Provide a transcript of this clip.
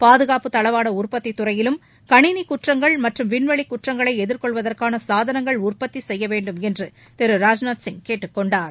பாதுகாப்பு தளவாட உற்பத்தி துறையிலும் கணினி குற்றங்கள் மற்றும் விண்வெளி குற்றங்களை எதிர்கொள்வதற்கான சாதனங்கள் உற்பத்தி செய்ய வேண்டும் என்று திரு ராஜ்நாத் சிங் கேட்டுக்கொண்டார்